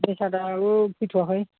जिनिसा दाबो फैथ'वाखै